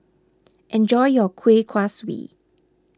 enjoy your Kueh Kaswi